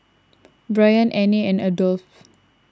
Brion Anne and Adolph